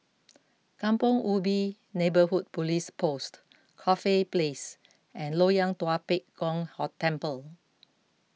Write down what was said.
Kampong Ubi Neighbourhood Police Post Corfe Place and Loyang Tua Pek Kong Hong Temple